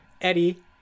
Eddie